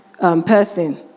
person